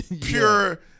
pure